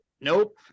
nope